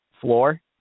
floor